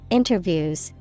interviews